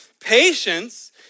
patience